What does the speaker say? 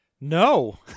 No